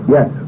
Yes